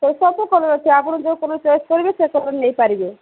ସେଇସବୁ କଲର୍ ଅଛି ଆପଣ ଯେଉଁ କଲର୍ ଚଏସ୍ କରିବେ ସେ କଲର୍ ନେଇପାରିବେ